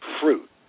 fruit